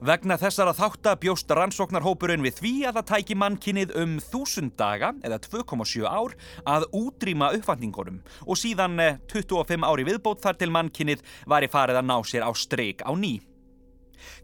Vegna þessara þátta bjóst rannsóknarhópurinn við því að það tæki mannkynið um 1000 daga, eða 2,7 ár, að útrýma uppvakningunum, og síðan, eh, 25 ár í viðbót þar til mannkynið væri farið að ná sér á strik á ný.